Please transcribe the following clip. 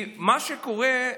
כי מה שקורה,